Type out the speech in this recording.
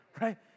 right